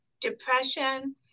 depression